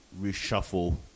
reshuffle